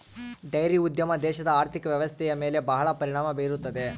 dairy ಉದ್ಯಮ ದೇಶದ ಆರ್ಥಿಕ ವ್ವ್ಯವಸ್ಥೆಯ ಮೇಲೆ ಬಹಳ ಪರಿಣಾಮ ಬೀರುತ್ತದೆ